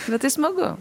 bet tai smagu